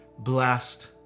Blessed